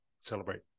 celebrate